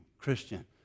Christian